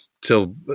till